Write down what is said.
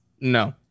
No